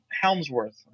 Helmsworth